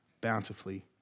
bountifully